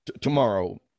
tomorrow